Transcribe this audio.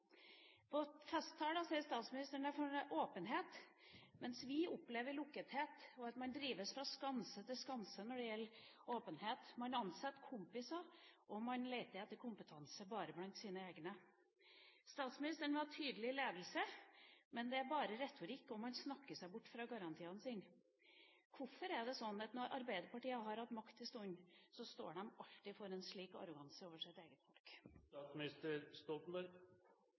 sier statsministeren at han er for åpenhet, mens vi opplever lukkethet, og at man drives fra skanse til skanse når det gjelder åpenhet. Man ansetter kompiser, og man leter etter kompetanse bare blant sine egne. Statsministeren vil ha tydelig ledelse, men det er bare retorikk, og man snakker seg bort fra garantiene sine. Hvorfor er det slik at når Arbeiderpartiet har hatt makt en stund, så står de alltid for en slik arroganse overfor sitt eget